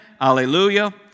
Hallelujah